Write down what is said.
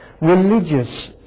religious